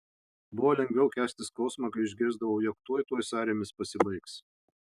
buvo lengviau kęsti skausmą kai išgirsdavau jog tuoj tuoj sąrėmis pasibaigs